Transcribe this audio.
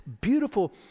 beautiful